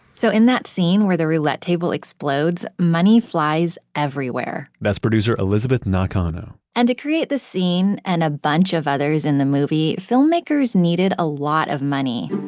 so in that scene, where the roulette table explodes, money flies everywhere that's producer elizabeth nakano and to create this scene and a bunch of others in the movie, filmmakers needed a lot of money.